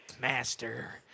master